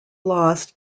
lost